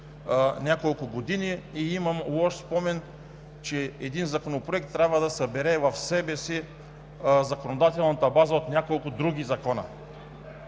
няколко години, че един законопроект трябва да събере в себе си законодателната база от няколко други закона.